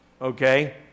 Okay